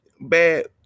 bad